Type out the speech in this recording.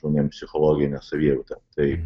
žmonėms psichologinę savijautą tai